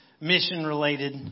mission-related